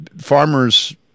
farmers